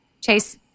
Chase